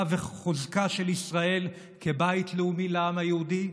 וחוזקה של ישראל כבית לאומי לעם היהודי,